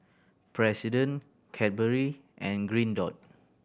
President Cadbury and Green Dot